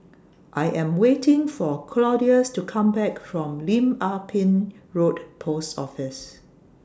I Am waiting For Claudius to Come Back from Lim Ah Pin Road Post Office